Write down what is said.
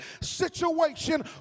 situation